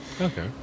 okay